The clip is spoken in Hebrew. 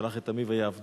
"שלח את עמי ויעבדֻני",